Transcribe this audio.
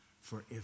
forever